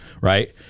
right